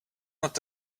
not